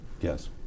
Yes